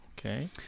Okay